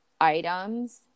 items